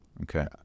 Okay